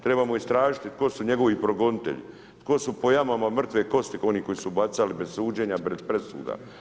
Trebamo istražiti tko su njegovi progonitelji, tko su po jamama mrtve kosti onih koji su bacali bez suđenja, bez presuda.